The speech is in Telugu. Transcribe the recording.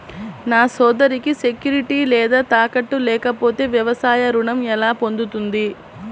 నా సోదరికి సెక్యూరిటీ లేదా తాకట్టు లేకపోతే వ్యవసాయ రుణం ఎలా పొందుతుంది?